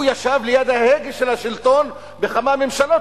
הוא ישב ליד ההגה של השלטון בכמה ממשלות,